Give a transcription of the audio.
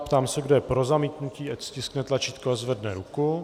Ptám se, kdo je pro zamítnutí, ať stiskne tlačítko a zvedne ruku.